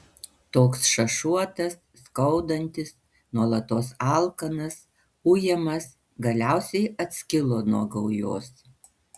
toks šašuotas skaudantis nuolatos alkanas ujamas galiausiai atskilo nuo gaujos